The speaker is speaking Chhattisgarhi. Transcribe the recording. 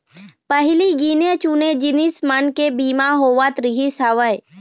पहिली गिने चुने जिनिस मन के बीमा होवत रिहिस हवय